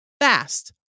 fast-